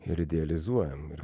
ir idealizuojam ir